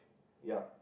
ya